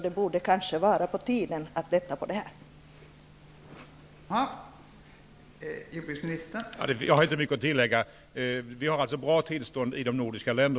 Det borde kanske vara på tiden att lätta på bestämmelsen.